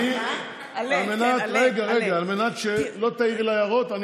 אני אציג את שתי ההצעות ביחד.